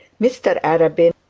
mr arabin,